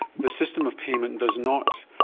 the system of payment does not,